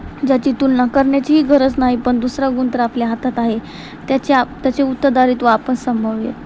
ज्याची तुलना करण्याचीही गरज नाही पण दुसरा गुण तर आपल्या हातात आहे त्याचे आप त्याचे उत्तरदायित्व आपण सांभाळून घेतो